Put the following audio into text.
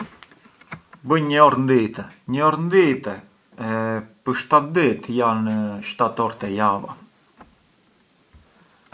Bunj një orë ndite, një orë nditë për shtat ditë janë shtat orë te java.